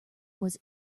was